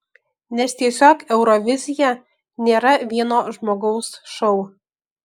nes tiesiog eurovizija nėra vieno žmogaus šou